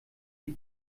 die